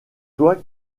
toi